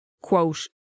quote